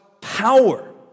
power